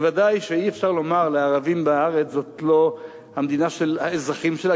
בוודאי שאי-אפשר לומר לערבים בארץ שזאת לא המדינה של האזרחים שלה,